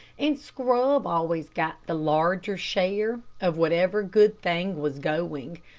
and scrub always got the larger share of whatever good thing was going.